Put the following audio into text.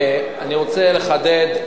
אני רוצה לחדד.